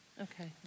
Okay